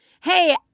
hey